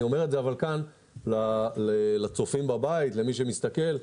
אני אומר את זה כאן ל צופים בבית, למי שמסתכל,